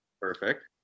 Perfect